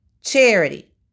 charity